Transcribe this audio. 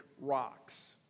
rocks